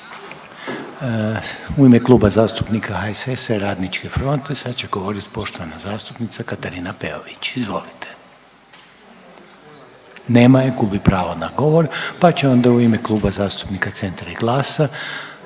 U ime Kluba zastupnika HSS-a i Radničke fronte sad će govorit poštovana zastupnica Katarina Peović, izvolite. Nema je, gubi pravo na govor pa će onda u ime Kluba zastupnika Centra i GLAS-a